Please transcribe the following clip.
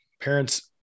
parents